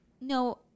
no